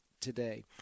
today